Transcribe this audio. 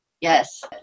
Yes